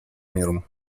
миром